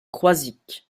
croisic